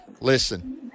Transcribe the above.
listen